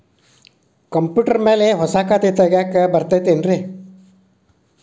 Computer ಮ್ಯಾಲೆ ಹೊಸಾ ಖಾತೆ ತಗ್ಯಾಕ್ ಬರತೈತಿ ಏನ್ರಿ?